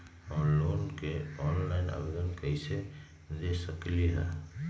हम लोन के ऑनलाइन आवेदन कईसे दे सकलई ह?